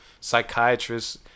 psychiatrists